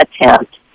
attempt